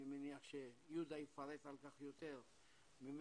אני מניח שיהודה יפרט על כך יותר ממני.